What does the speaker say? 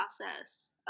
process